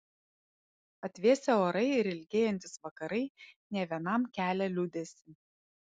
atvėsę orai ir ilgėjantys vakarai ne vienam kelia liūdesį